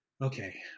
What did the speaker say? okay